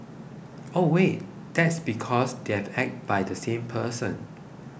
wait that's because they're acted by the same person